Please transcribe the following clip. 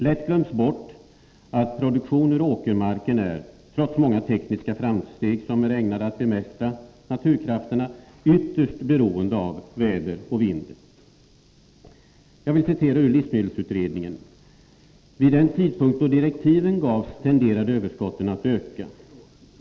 Lätt glöms bort att produktion ur åkermarken är, trots många tekniska framsteg som är ägnade att bemästra naturkrafterna, ytterst beroende av väder och vind. Jag vill citera ur livsmedelsutredningen: ”Vid den tidpunkt då direktiven gavs tenderade överskotten att öka.